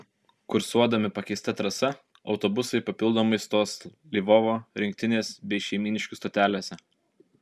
kursuodami pakeista trasa autobusai papildomai stos lvovo rinktinės bei šeimyniškių stotelėse